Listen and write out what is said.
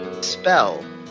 spell